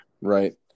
Right